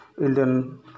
Indian